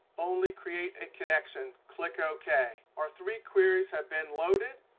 only create a connection. click ok. our three queries have been loaded.